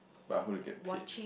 but I hope you get paid